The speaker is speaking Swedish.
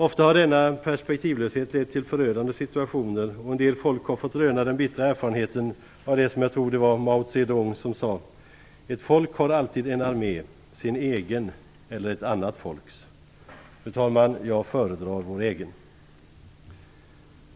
Ofta har denna perspektivlöshet lett till förödande situationer, och en del folk har fått röna den bittra erfarenheten av det som jag tror det var Mao Zedong som sade: "Ett folk har alltid en armé - sin egen eller ett annat folks." Fru talman! Jag föredrar vår egen!